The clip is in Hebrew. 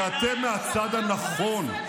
כי אתם מהצד הנכון.